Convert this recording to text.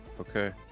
okay